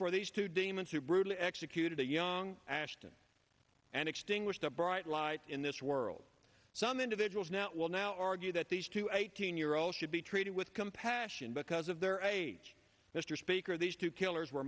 for these two demons who brutally executed a young ashton and extinguished a bright light in this world some individuals now will now argue that these two eighteen year olds should be treated with compassion because of their age mr speaker these two killers were